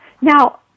Now